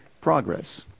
progress